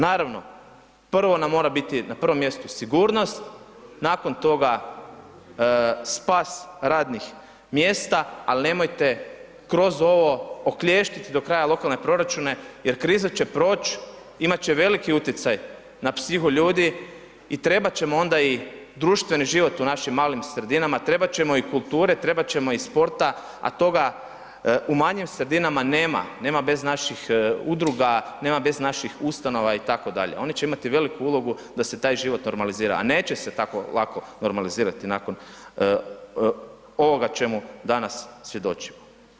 Naravno, prvo nam mora biti na prvom mjestu sigurnost, nakon toga spas radnih mjesta ali nemojte kroz ovo okliještiti do kraja lokalne proračune jer kriza će proć, imat će veliki utjecaj na psihu ljudi i trebat ćemo onda i društveni život u našim malim sredinama, trebat ćemo i kulture, trebat ćemo i sporta, a toga u manjim sredinama nema, nema bez naših udruga, nema bez naših ustanova itd., oni će imati veliku ulogu da se taj život normalizira a neće se tako lako normalizirati nakon ovoga o čemu danas svjedočimo.